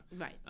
Right